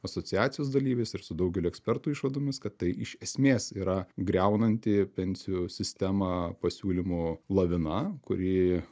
asociacijos dalyviais ir su daugeliu ekspertų išvadomis kad tai iš esmės yra griaunanti pensijų sistemą pasiūlymų lavina kuri